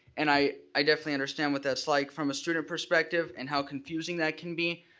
and i i definitely understand what that's like from a student perspective and how confusing that can be,